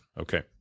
Okay